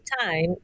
time